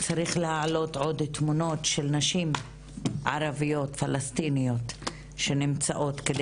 צריך להעלות עוד תמונות של נשים ערביות ופלסטיניות שנמצאות על